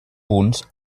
punts